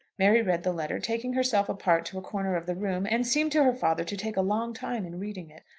mary read the letter, taking herself apart to a corner of the room, and seemed to her father to take a long time in reading it.